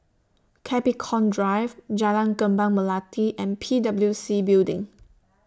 Capricorn Drive Jalan Kembang Melati and P W C Building